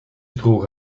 droge